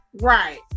Right